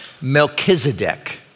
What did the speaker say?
Melchizedek